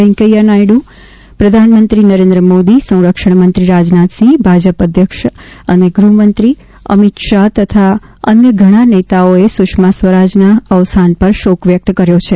વૈકૈયા નાયડુ પ્રધાનમંત્રી નરેન્દ્ર મોદી સંરક્ષણ મંત્રી રાજનાથસિંહ ભાજપા અધ્યક્ષ અને ગૃહમંત્રી અમિત શાહ તથા અન્ય ઘણા નેતાઓએ સુષ્મા સ્વરાજના અવસાન પર શોક વ્યકત કર્યો છે